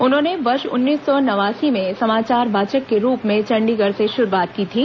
उन्होंने वर्ष उन्नीस सौ नवासी में समाचार वाचक के रूप में चंडीगढ़ से शुरूआत की थी